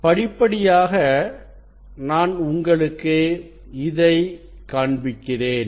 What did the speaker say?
படிப்படியாக நான் உங்களுக்கு இதை காண்பிக்கிறேன்